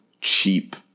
cheap